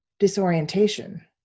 disorientation